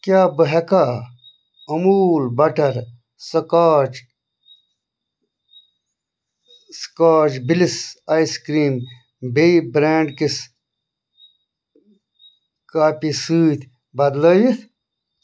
کیٛاہ بہٕ ہیکا Amul butterscotch scotch bliss ice cream بییٚہِ برٛینٛڈکِس کاپہِ سۭتۍ بدلٲوِتھ